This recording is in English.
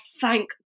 thank